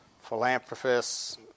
philanthropists